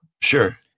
Sure